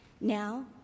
Now